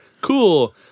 cool